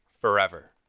forever